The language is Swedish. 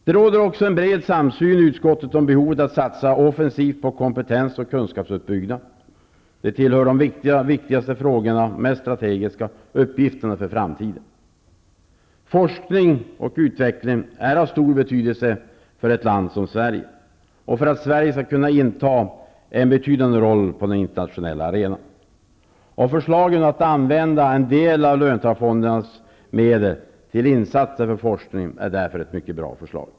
Det råder också en bred samsyn i utskottet om behovet av att satsa offensivt på kompetens och kunskapsuppbyggnad. Det tillhör de mest strategiska uppgifterna för framtiden. Forskning och utveckling är av stor betydelse för ett land som Sverige och för att Sverige skall kunna inta en betydande roll på den internationella arenan. Att använda en del av löntagarfondernas medel till insatser för forskning är därför ett mycket bra förslag.